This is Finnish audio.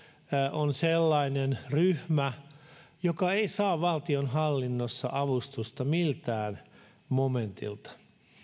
on sellainen ryhmä joka ei saa valtionhallinnossa avustusta miltään momentilta